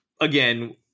Again